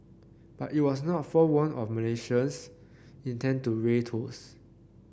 but it was not forewarned of Malaysia's intent to raise tolls